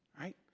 right